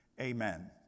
amen